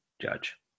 judge